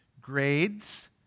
grades